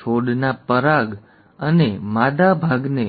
છોડના પરાગ અને માદા ભાગને